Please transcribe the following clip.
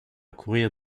courir